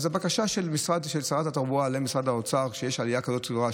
אז הבקשה של שרת התחבורה למשרד האוצר היא שכשיש עלייה כזאת גדולה,